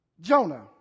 Jonah